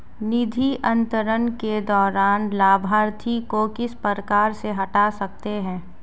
निधि अंतरण के दौरान लाभार्थी को किस प्रकार से हटा सकते हैं?